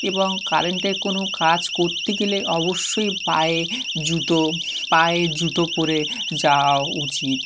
এবং কারেন্টের কোনো কাজ করতে গেলে অবশ্যই পায়ে জুতো পায়ে জুতো পরে যাওয়া উচিত